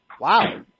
Wow